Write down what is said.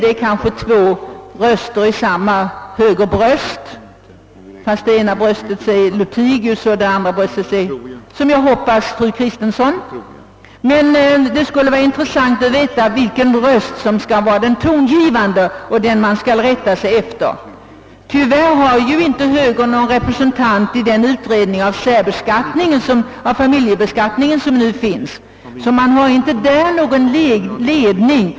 Det är kanske två röster som talar ur samma högerbröst; den ena rösten säger herr Lothigius och den andra säger, som jag hoppas, fru Kristensson. Men det skulle vara intressant att veta vilken röst som skall vara den tongivande, den som man skall rätta sig efter. Tyvärr har ju högern inte någon representant i den utredning rörande familjebeskattningen som arbetar, så vi kan inte få någon ledning där.